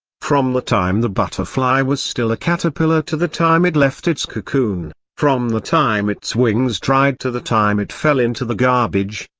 from the time the butterfly was still a caterpillar to the time it left its cocoon, from the time its wings dried to the time it fell into the garbage,